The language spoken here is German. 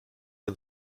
den